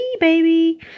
baby